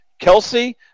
Kelsey